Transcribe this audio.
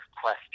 question